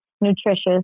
nutritious